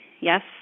Yes